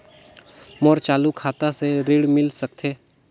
मोर चालू खाता से ऋण मिल सकथे?